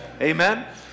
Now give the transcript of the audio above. Amen